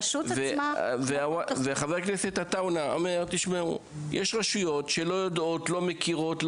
חבר הכנסת עטאונה אומר שיש רשויות שלא יודעות ולא מכירות,